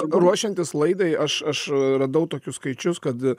ruošiantis laidai aš aš radau tokius skaičius kad